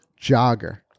Jogger